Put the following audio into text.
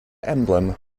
emblem